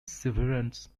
severance